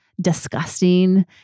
disgusting